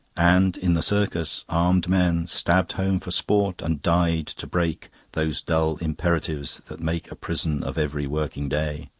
and in the circus armed men stabbed home for sport and died to break those dull imperatives that make a prison of every working day,